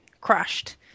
crashed